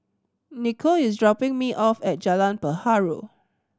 Nikko is dropping me off at Jalan Perahu